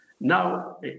Now